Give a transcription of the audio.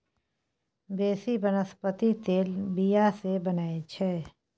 बेसी बनस्पति तेल बीया सँ बनै छै